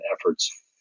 efforts